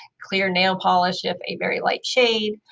clear nail polish, if a very light shade.